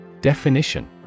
Definition